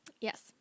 Yes